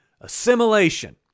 Assimilation